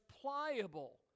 pliable